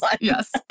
Yes